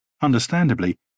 Understandably